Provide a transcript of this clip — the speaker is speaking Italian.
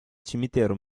cimitero